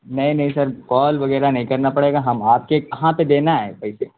نہیں نہیں sir call وغیرہ نہیں کرنا پڑے گا ہم آپ کے کہاں پہ دینا ہے پیسے